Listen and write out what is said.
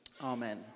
Amen